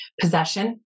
possession